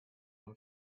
von